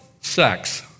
sex